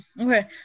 Okay